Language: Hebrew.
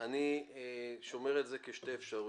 אני שומר את זה כשתי אפשרויות.